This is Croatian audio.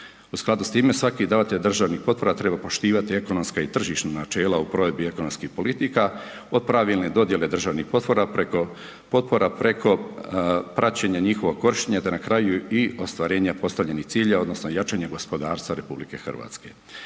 U skladu s time, svaki davatelj državnih potpora treba poštovati ekonomska i tržišna načela u provedbi ekonomskih politika od pravilne dodjele državnih potpora preko praćenja njihovog korištenja te na kraju i ostvarenje postavljenih ciljeva odnosno jačanje gospodarstva RH.